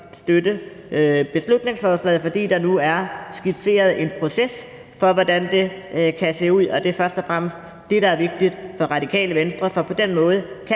støtte beslutningsforslaget her, fordi der nu er skitseret en proces for, hvordan det kan se ud, og det er først og fremmest det, der er vigtigt for Radikale Venstre. For på den måde kan